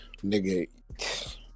Nigga